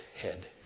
head